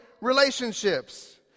relationships